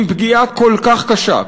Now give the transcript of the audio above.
עם פגיעה כל כך קשה,